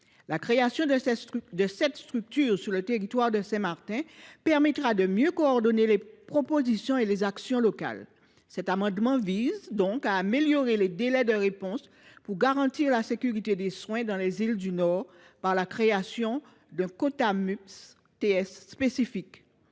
La création de cette structure sur le territoire de Saint Martin permettra de mieux coordonner les propositions et les actions locales. Cet amendement vise donc à améliorer les délais de réponse pour garantir la sécurité des soins dans les îles du Nord par la création d’un Codamups ts spécifique.